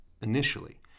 initially